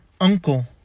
uncle